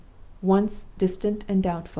once distant and doubtful,